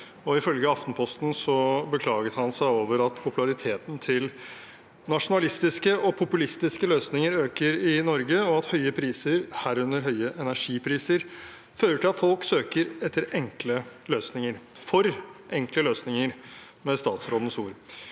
ifølge Aftenposten beklaget han seg over at populariteten til nasjonalistiske og populistiske løsninger øker i Norge, og at høye priser, herunder høye energipriser, fører til at folk søker etter enkle løsninger – for enkle løsninger, med statsrådens ord.